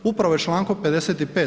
Upravo je člankom 55.